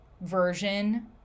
version